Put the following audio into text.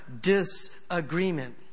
Disagreement